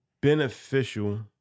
beneficial